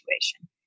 situation